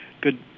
good